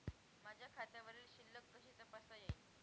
माझ्या खात्यावरील शिल्लक कशी तपासता येईल?